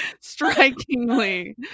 strikingly